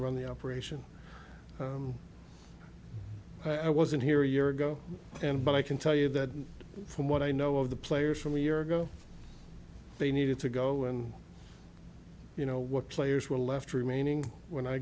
run the operation i wasn't here a year ago and but i can tell you that from what i know of the players from a year ago they needed to go and you know what players were left remaining when i